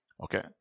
Okay